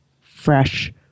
fresh